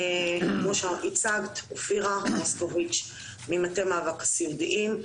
אופירה מוסקוביץ' ממטה מאבק הסיעודיים.